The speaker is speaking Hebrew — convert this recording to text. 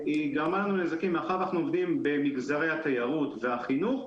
היא גרמה לנו נזקים מאחר ואנחנו עובדים במגזרי התיירות והחינוך,